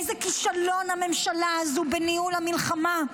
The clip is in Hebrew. איזה כישלון הממשלה הזו בניהול המלחמה.